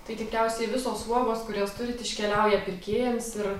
tai tikriausiai visos uogos kurias turit iškeliauja pirkėjams ir